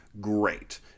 Great